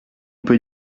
peut